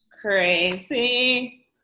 crazy